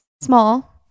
small